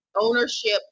ownership